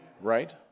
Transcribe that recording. Right